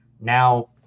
Now